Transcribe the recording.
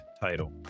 title